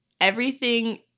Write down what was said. everything-